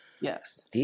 Yes